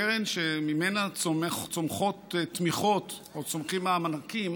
קרן שממנה צומחות תמיכות או צומחים מענקים